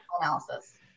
analysis